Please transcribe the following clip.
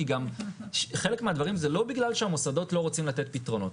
כי גם חלק מהדברים זה לא בגלל שהמוסדות לא רוצים לתת פתרונות.